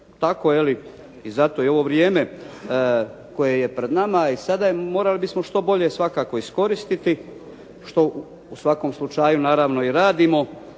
tako je li i zato je i ovo vrijeme koje je pred nama i sada morali bismo što bolje svakako iskoristiti što u svakom slučaju naravno i radimo,